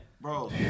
Bro